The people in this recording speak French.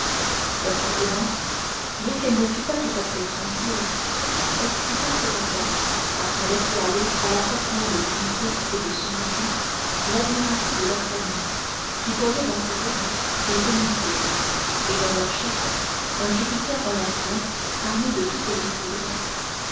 leur contenance bien qu'elle ne fût pas tout à fait tranquille excita cependant par son laisser-aller à la fois plein de dignité et de soumission l'admiration de d'artagnan qui voyait dans ces hommes des demidieux et dans leur chef un jupiter olympien armé de tous ses foudres